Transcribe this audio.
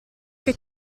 che